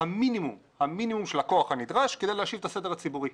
המינימום של הכוח הנדרש כדי להשיב את הסדר הציבורי.